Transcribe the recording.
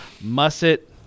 Musset